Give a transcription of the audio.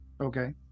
Okay